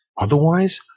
Otherwise